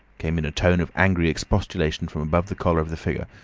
came in a tone of angry expostulation from above the collar of the figure.